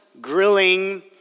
grilling